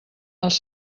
els